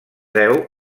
deu